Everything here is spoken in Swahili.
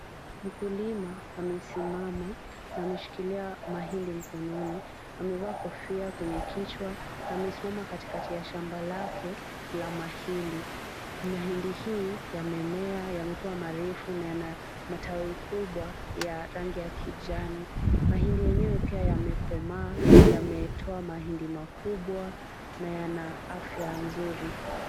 Mkulima amesimama na ameshikilia mahindi mikononi. Amevaa kofia kwenye kichwa na amesimama katikati ya shamba lake la mahindi. Mahindi hii yamemea, yamekuwa marefu na yana matawi kubwa ya rangi ya kijani. Mahindi yenyewe pia yamekomaa yametoa mahindi makubwa na yana afya nzuri.